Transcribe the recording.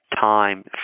time